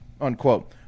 unquote